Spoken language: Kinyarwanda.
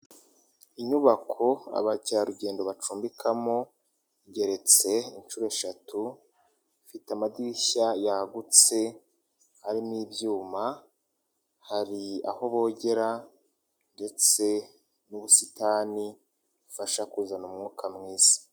Inyubako abakerarugendo bacumbikamo igeretse inshuro eshatu, ifite amadirishya yagutse arimo ibyuma, hari aho bogera ndetse n'ubusitani bufasha kuzana umwuka mwiza.